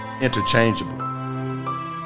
interchangeably